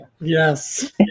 Yes